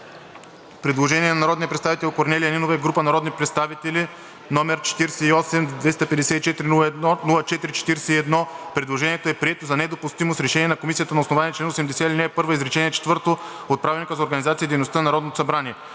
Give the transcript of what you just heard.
предложение на народния представител Корнелия Нинова и група народни представители, № 48-254-04-41. Предложението е прието за недопустимо с решение на Комисията на основание чл. 80, ал. 1, изречение четвърто от Правилника за организацията и дейността на Народното събрание.